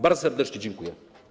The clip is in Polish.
Bardzo serdecznie dziękuję.